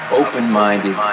open-minded